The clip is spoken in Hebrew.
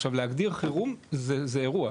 עכשיו להגדיר חירום זה אירוע.